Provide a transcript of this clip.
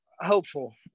hopeful